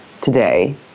today